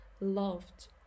loved